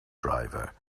driver